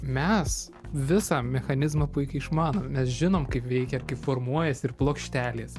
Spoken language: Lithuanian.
mes visą mechanizmą puikiai išmanom mes žinom kaip veikia ir kaip formuojasi ir plokštelės